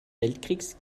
weltkriegs